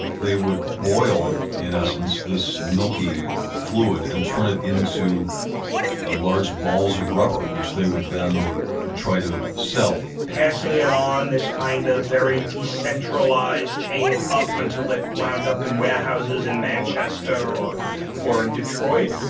they would boil, in essence, this milky fluid and turn it into ah large balls of rubber, which they would then try to sell passing it on this kind of very decentralized chain up until it wound up in warehouses in manchester or or in detroit,